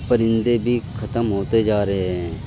پرندے بھی ختم ہوتے جا رہے ہیں